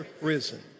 risen